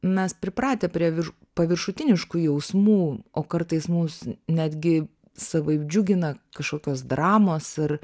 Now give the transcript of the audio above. mes pripratę prie virš paviršutiniškų jausmų o kartais mus netgi savaip džiugina kažkokios dramos ar